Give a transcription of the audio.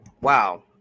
wow